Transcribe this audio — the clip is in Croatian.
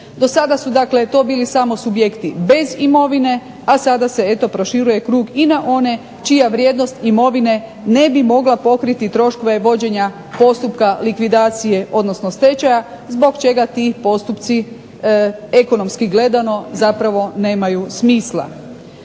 Do sada su dakle to bili samo subjekti bez imovine, a sada se eto proširuje krug i na one čija vrijednost imovine ne bi mogla pokriti troškove vođenja postupka likvidacije odnosno stečaja zbog čega ti postupci ekonomski gledano zapravo nemaju smisla.